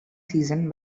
season